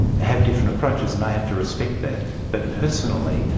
have different approaches, and i have to respect that. but personally,